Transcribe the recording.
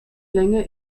länge